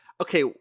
okay